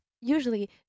usually